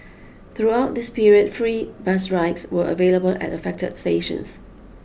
throughout this period free bus rides were available at affected stations